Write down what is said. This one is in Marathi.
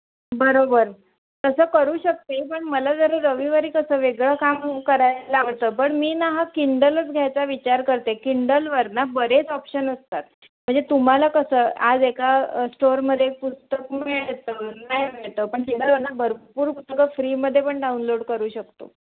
बरोबर तसं करू शकते पण मला जरा रविवारी कसं वेगळं काम करायला आवडतं पण मी ना हा किंडलच घ्यायचा विचार करते किंडलवर न बरेच ऑप्शन असतात म्हणजे तुम्हाला कसं आज एका स्टोअरमध्ये पुस्तक मिळतं नाही मिळतं पण किंडलवरनं भरपूर पुस्तकं फ्रीमध्ये पण डाउनलोड करू शकतो